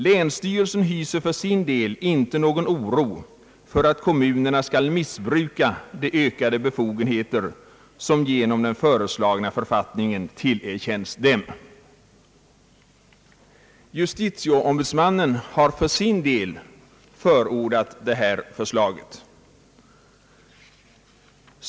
Länsstyrelsen hyser för sin del inte någon oro för att kommunerna skall missbruka de ökade befogenheter som genom den föreslagna författningen tillerkänts dem.» Justitieombudsmannen har för sin del förordat det nu aktuella lagförslaget.